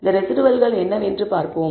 இந்த ரெஸிடுவல்கள் என்னவென்று பார்ப்போம்